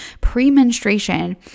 Pre-menstruation